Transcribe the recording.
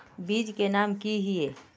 बीज के नाम की हिये?